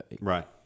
Right